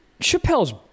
Chappelle's